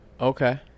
Okay